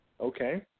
Okay